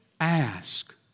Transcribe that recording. Ask